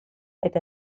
eta